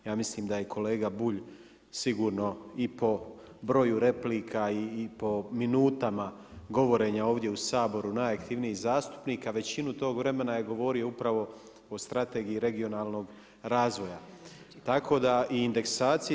Ja mislim da je kolega Bulj sigurno i po broju replika i po minutama govorenja ovdje u Saboru najaktivniji zastupnik, a većinu tog vremena je govorio upravo o Strategiji regionalnog razvoja i indeksaciji.